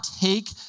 take